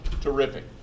Terrific